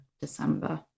December